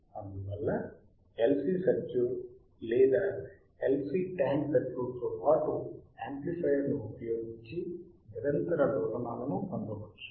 అందువల్ల LC circuit లేదా LC tank సర్క్యూట్తో పాటు యాంప్లిఫయర్ ఉపయోగించి నిరంతర డోలనాలను పొందవచ్చు